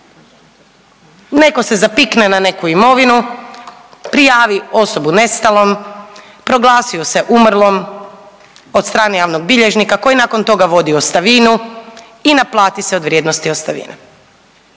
Netko se zapikne na neku imovinu, prijavu osobu nestalom, proglasi ju se umrlom od strane javnog bilježnika koji nakon toga vodi ostavinu i naplati se od vrijednosti ostavine.